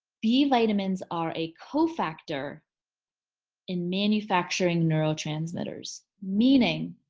b vitamins are a cofactor in manufacturing neurotransmitters meaning